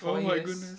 oh my goodness